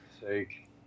sake